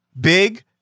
big